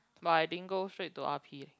but I didn't go straight to R_P eh